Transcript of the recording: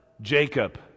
Jacob